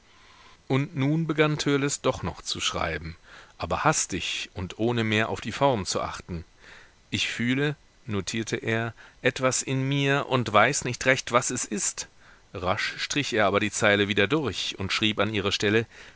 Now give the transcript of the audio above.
und nun begann törleß doch noch zu schreiben aber hastig und ohne mehr auf die form zu achten ich fühle notierte er etwas in mir und weiß nicht recht was es ist rasch strich er aber die zeile wieder durch und schrieb an ihrer stelle